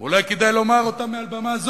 אולי כדאי לומר אותן מעל במה זו,